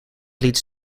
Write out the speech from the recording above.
leads